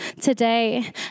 today